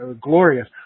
glorious